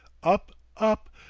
up, up,